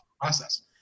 process